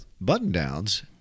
button-downs